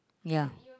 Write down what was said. ya